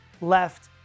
left